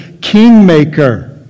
kingmaker